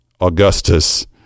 Augustus